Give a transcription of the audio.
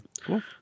Cool